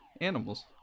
animals